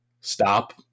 stop